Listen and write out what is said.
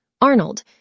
Arnold